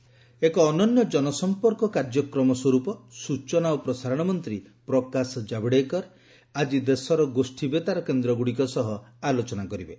ଜାଭଡେକର ଏକ ଅନନ୍ୟ ଜନସମ୍ପର୍କ କାର୍ଯ୍ୟକ୍ରମ ସ୍ୱରୂପ ସୂଚନା ଓ ପ୍ରସାରଣ ମନ୍ତ୍ରୀ ପ୍ରକାଶ ଜାଭଡେକର ଆଜି ଦେଶର ଗୋଷୀ ବେତାର କେନ୍ଦ୍ରଗୁଡ଼ିକ ସହ ଆଲୋଚନା କରିବେ